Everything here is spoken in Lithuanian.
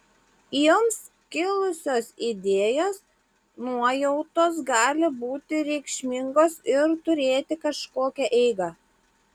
jums kilusios idėjos nuojautos gali būti reikšmingos ir turėti kažkokią eigą